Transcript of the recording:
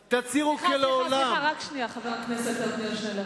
תצהירו, סליחה, חבר הכנסת עתניאל שנלר.